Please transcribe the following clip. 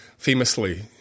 Famously